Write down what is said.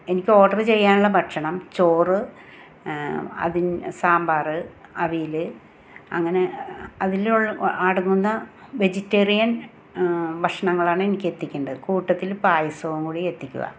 എനിക്ക് ഓർഡറ് ചെയ്യാനുള്ള ഭക്ഷണം ചോറ് അതിൻ സാമ്പാറ് അവിയില് അങ്ങനെ അതിലുൾ അടങ്ങുന്ന വെജിറ്റേറിയൻ ഭക്ഷണങ്ങളാണ് എനിക്കെത്തിക്കേണ്ടത് കൂട്ടത്തിൽ പായസവും കൂടി എത്തിക്കുക